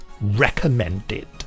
recommended